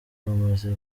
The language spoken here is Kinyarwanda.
bamaze